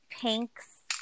Pink's